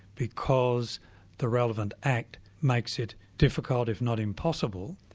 because the relevant act makes it difficult, if not impossible,